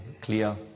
clear